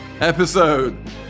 episode